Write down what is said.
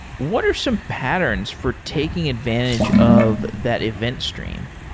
what are some patterns for taking advantage of that event stream?